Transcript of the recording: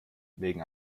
wegen